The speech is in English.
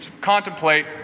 contemplate